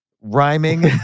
rhyming